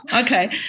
Okay